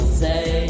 say